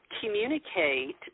Communicate